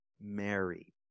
Mary